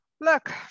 look